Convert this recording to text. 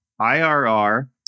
IRR